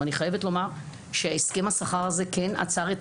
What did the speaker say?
ואני חייבת לומר שהסכם השכר הזה כן עצר את